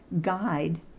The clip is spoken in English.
guide